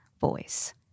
voice